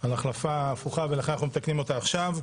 על החלפה הפוכה ולכן אנחנו מתקנים אותה עכשיו.